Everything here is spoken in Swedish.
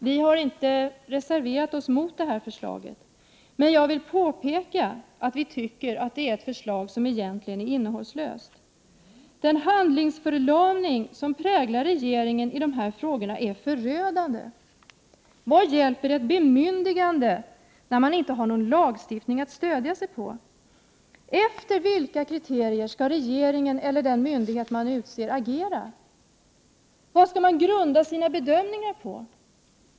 Vi har inte reserverat oss mot detta förslag. Men jag vill påpeka att vi tycker att det är ett förslag som egentligen är innehållslöst. Den handlingsförlamning som präglar regeringen i dessa frågor är förödande. Vad hjälper ett bemyndigande när det inte finns någon lagstiftning att stödja sig på? Efter vilka kriterier skall regeringen eller den myndighet som utses agera? Vad skall bedömningarna grundas på?